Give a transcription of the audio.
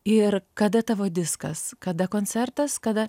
ir kada tavo diskas kada koncertas kada